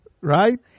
Right